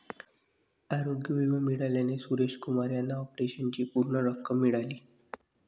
आरोग्य विमा मिळाल्याने सुरेश कुमार यांना ऑपरेशनची पूर्ण रक्कम मिळाली